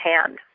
hand